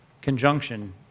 conjunction